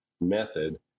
method